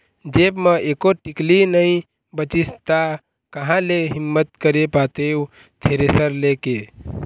जेब म एको टिकली नइ बचिस ता काँहा ले हिम्मत करे पातेंव थेरेसर ले के